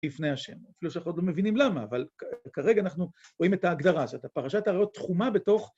‫לפני השם, אפילו שאנחנו ‫עוד לא מבינים למה, ‫אבל כרגע אנחנו רואים את ההגדרה, ‫שאת ה, פרשת העריות תחומה בתוך...